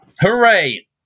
Hooray